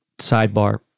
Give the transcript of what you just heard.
Sidebar